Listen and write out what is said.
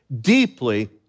deeply